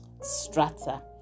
Strata